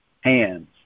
hands